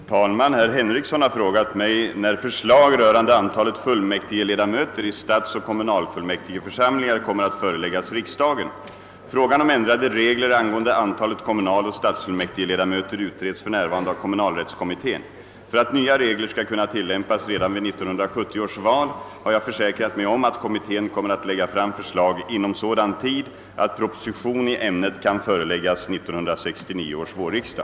Herr talman! Herr Henrikson har frå Sat mig när förslag rörande antalet fullmäktigeledamöter i stadsoch kommunalfullmäktigeförsamlingar kommer att föreläggas riksdagen. Frågan om ändrade regler angående antalet kommunaloch stadsfullmäkti Seledamöter utreds för närvarande av kommunalrättskommittén. Enligt vad Jag inhämtat kommer kommittén att läg Sa fram förslag inom sådan tid att pro Position i ämnet kan föreläggas 1969 års höstriksdag. De nya reglerna skall värför kunna tillämpas vid 1970 års al